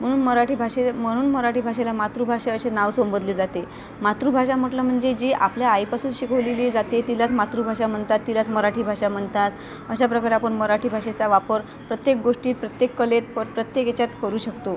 म्हणून मराठी भाषे म्हणून मराठी भाषेला मातृभाषा असे नाव संबोधले जाते मातृभाषा म्हटलं म्हणजे जी आपल्या आईपासून शिकवली जाते तिलाच मातृभाषा म्हणतात तिलाच मराठी भाषा म्हणतात अशा प्रकारे आपण मराठी भाषेचा वापर प्रत्येक गोष्टीत प्रत्येक कलेत प्र प्रत्येक याच्यात करू शकतो